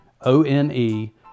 O-N-E